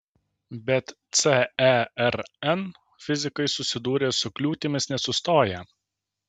bet cern fizikai susidūrę su kliūtimis nesustoja